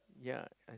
ya I